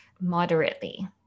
moderately